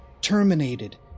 Terminated